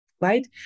Right